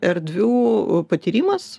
erdvių patyrimas